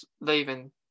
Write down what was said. leaving